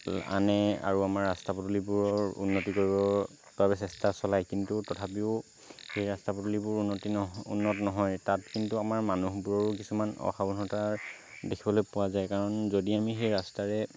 আনে আৰু আমাৰ ৰাষ্টা পদূলিবোৰৰ উন্নতি কৰিবৰ বাবে চেষ্টা চলায় কিন্তু তথাপিও এই ৰাষ্টা পদূলিবোৰ উন্নতি উন্নত নহয় তাত কিন্তু আমাৰ মানুহবোৰৰো কিছুমান অসাৱধানতা দেখিবলৈ পোৱা যায় কাৰণ যদি আমি সেই ৰাষ্টাৰে